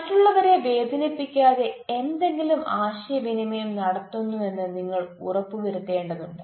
മറ്റുള്ളവരെ വേദനിപ്പിക്കാതെ എന്തെങ്കിലും ആശയവിനിമയം നടത്തുന്നുവെന്ന് നിങ്ങൾ ഉറപ്പ് വരുത്തേണ്ടതുണ്ട്